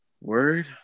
word